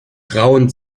grauen